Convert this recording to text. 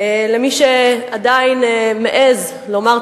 למי שעדיין מעז לומר,